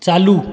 चालू